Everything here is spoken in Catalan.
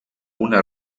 una